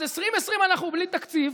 אז 2020, אנחנו בלי תקציב,